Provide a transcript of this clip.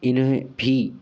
इन्हें भी